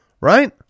right